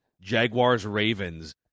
Jaguars-Ravens